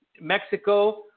Mexico